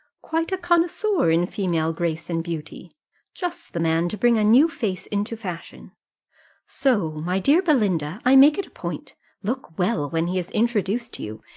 quite a connoisseur in female grace and beauty just the man to bring a new face into fashion so, my dear belinda, i make it a point look well when he is introduced to you,